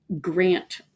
grant